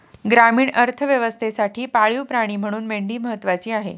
ग्रामीण अर्थव्यवस्थेसाठी पाळीव प्राणी म्हणून मेंढी महत्त्वाची आहे